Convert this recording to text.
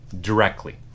directly